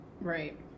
Right